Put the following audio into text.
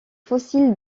fossiles